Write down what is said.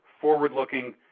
forward-looking